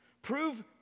Prove